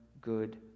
good